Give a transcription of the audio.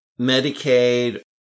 Medicaid